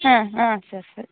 ಹಾಂ ಹಾಂ ಸರ್ ಸರಿ